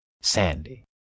Sandy